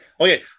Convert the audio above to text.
Okay